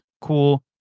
cool